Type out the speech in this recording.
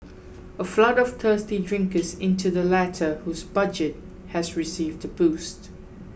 a flood of thirsty drinkers into the latter whose budget has received a boost